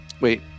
Wait